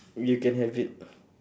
you can have it